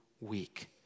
week